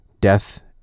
death